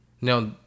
Now